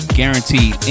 guaranteed